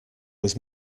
was